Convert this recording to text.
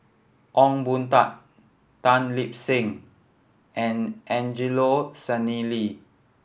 Ong Boon Tat Tan Lip Seng and Angelo Sanelli